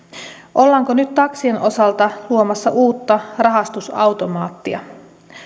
ollaanko nyt taksien osalta luomassa uutta rahastusautomaattia